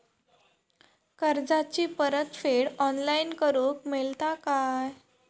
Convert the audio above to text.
कर्जाची परत फेड ऑनलाइन करूक मेलता काय?